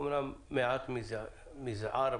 אמנם מעט מזער,